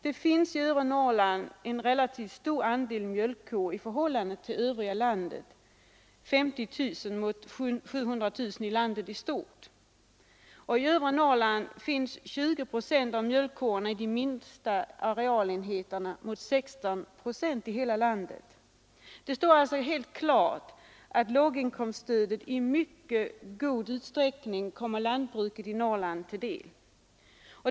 Det finns i övre Norrland en relativt stor andel mjölkkor i förhållande till övriga delar av landet — ca 50 000 mjölkkor mot 700 000 i landet i stort sett — och i övre Norrland finns 20 procent av mjölkkorna i de minsta arealenheterna mot 16 procent i hela landet. Det står alltså helt klart att låginkomststödet i mycket stor utsträckning kommer lantbruket i Norrland till del.